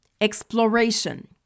exploration